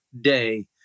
day